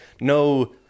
no